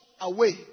away